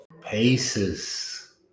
Paces